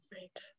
Right